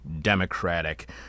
democratic